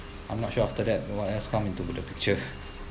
I'm not sure after that what has come into the picture